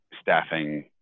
staffing